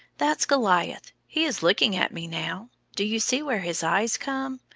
that's goliath. he is looking at me now. do you see where his eyes come?